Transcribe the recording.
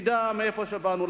נדע מאיפה באנו.